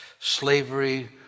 Slavery